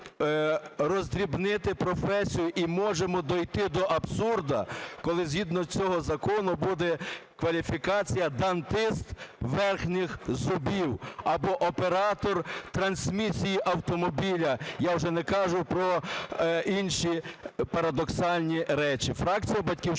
роздрібнити професію, і можемо дійти до абсурду, коли згідно цього закону буде кваліфікація "дантист верхніх зубів" або "оператор трансмісії автомобіля", я вже не кажу про інші парадоксальні речі.